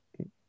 Okay